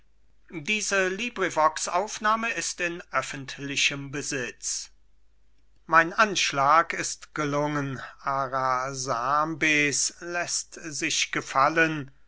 xxxviii lais an aristipp mein anschlag ist gelungen arasambes läßt sich gefallen